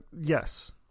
yes